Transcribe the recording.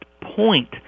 point